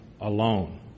alone